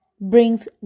brings